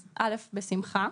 בשמחה.